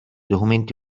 documenti